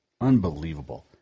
Unbelievable